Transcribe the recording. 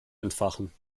entfachen